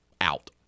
out